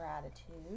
gratitude